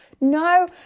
no